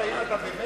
מה ביקשנו בחוק הזה?